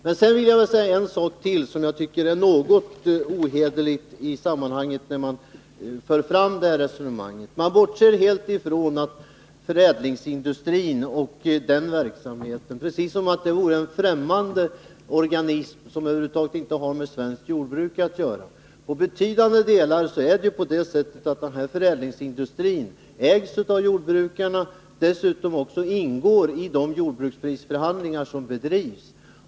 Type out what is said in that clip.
Jag vill också ta upp något som jag tycker är litet ohederligt i det här resonemanget. Man bortser här nämligen helt från förädlingsindustrin, precis som om den vore en främmande organism som inte har med svenskt jordbruk att göra. Förädlingsindustrin ägs till betydande delar av jordbrukarna. Den är dessutom företrädd i de jordbruksprisförhandlingar som bedrivs.